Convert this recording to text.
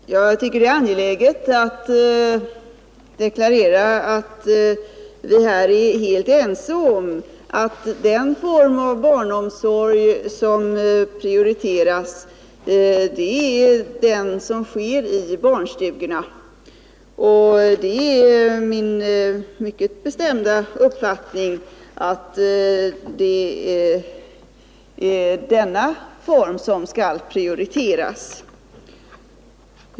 Herr talman! Jag tycker det är angeläget att deklarera att vi här är helt ense om att den form av barnomsorg som prioriteras är den som sker i barnstugorna. Det är min mycket bestämda uppfattning att det är denna form som skall sättas främst.